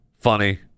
Funny